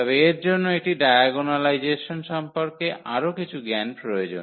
তবে এর জন্য একটি ডায়াগোনালাইজেসন সম্পর্কে আরও কিছু জ্ঞান প্রয়োজন